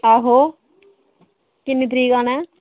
आहो किन्नी तरीक आना ऐ